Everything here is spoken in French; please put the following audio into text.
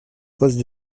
poste